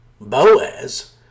Boaz